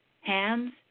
hands